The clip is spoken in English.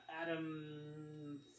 Adam